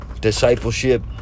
discipleship